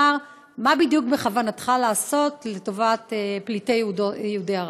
אני אודה לך אם תאמר מה בדיוק בכוונתך לעשות לטובת פליטי יהודי ערב.